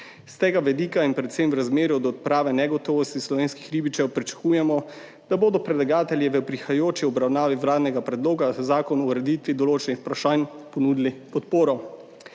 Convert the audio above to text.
S tega vidika in predvsem v razmerju do odprave negotovosti slovenskih ribičev pričakujemo, da bodo predlagatelji v prihajajoči obravnavi vladnega predloga zakona o ureditvi določenih vprašanj ponudili podporo.